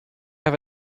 have